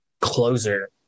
closer